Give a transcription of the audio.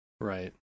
Right